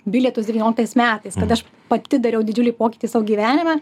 bilietus devynioliktais metais kada aš pati dariau didžiulį pokytį savo gyvenime